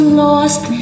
lost